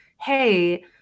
hey